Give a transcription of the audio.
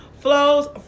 flows